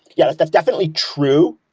yeah, that's definitely true.